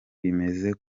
bemeza